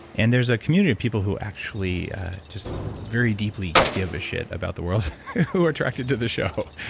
and there's a community of people who actually just very deeply give a shit about the world who are attracted to the show.